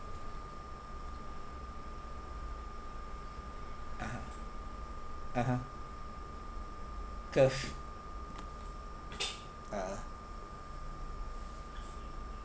(uh huh) (uh huh) curve (uh huh)